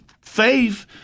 faith